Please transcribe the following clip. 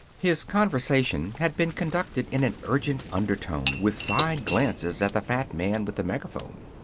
his conversation had been conducted in an urgent undertone, with side glances at the fat man with the megaphone.